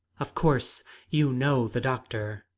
of course you know the doctor.